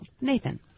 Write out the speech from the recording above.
Nathan